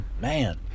man